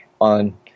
on